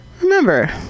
remember